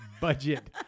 budget